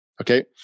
Okay